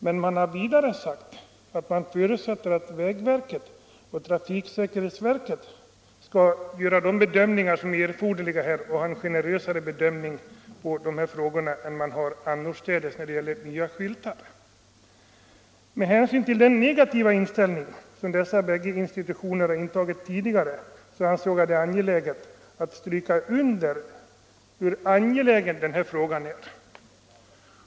Men man har vidare sagt att man förutsätter att vägverket och trafiksäkerhetsverket skall göra de bedömningar som är erforderliga och ha generösare bedömningar av dessa frågor än man har annorstädes när det gäller nya skyltar. Med hänsyn till den negativa inställning som dessa båda institutioner intagit tidigare ansåg jag det angeläget att stryka under hur viktig den här frågan är.